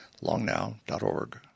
longnow.org